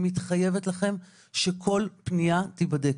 אני מתחייבת לכם שכל פנייה תיבדק.